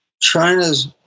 China's